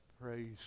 Praise